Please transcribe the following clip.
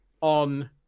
on